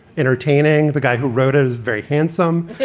entertaining. the guy who wrote it is very handsome.